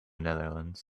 netherlands